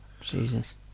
Jesus